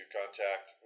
contact